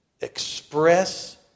express